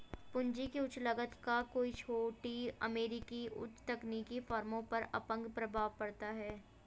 पूंजी की उच्च लागत का कई छोटी अमेरिकी उच्च तकनीकी फर्मों पर अपंग प्रभाव पड़ता है